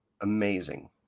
Amazing